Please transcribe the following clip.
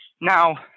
Now